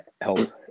help